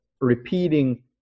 repeating